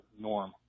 norm